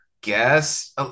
guess